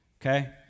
Okay